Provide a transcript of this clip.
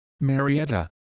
Marietta